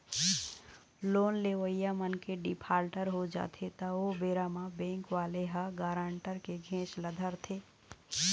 loan लेवइया मनखे defaulter हो जाथे त ओ बेरा म बेंक वाले ह गारंटर के घेंच ल धरथे